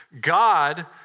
God